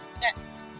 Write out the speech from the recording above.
Next